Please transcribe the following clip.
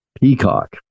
Peacock